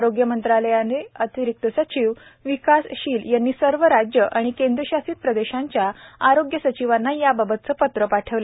आरोग्य मंत्रालयाचे अतिरिक्त सचिव विकास शील यांनी सर्व राज्यं आणि केंद्रशासित प्रदेशांच्या आरोग्य सचिवांना याबाबतचं पत्र पाठवलं आहे